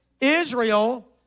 Israel